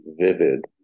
vivid